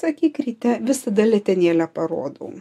sakyk ryte visada letenėlę parodau